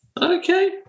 Okay